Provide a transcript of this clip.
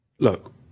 Look